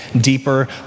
deeper